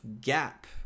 gap